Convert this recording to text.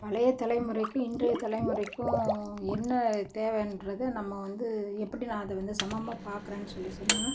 பழைய தலைமுறைக்கும் இன்றைய தலைமுறைக்கும் என்ன தேவைன்றத நம்ம வந்து எப்படி நான் அதை வந்து சமமாக பார்க்கறேன்னு சொல்லி சொன்னால்